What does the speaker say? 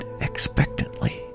expectantly